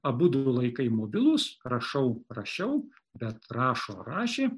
abudu laikai mobilūs rašau rašiau bet rašo rašė